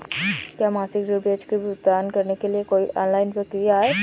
क्या मासिक ऋण ब्याज का भुगतान करने के लिए कोई ऑनलाइन प्रक्रिया है?